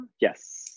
Yes